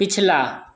पिछला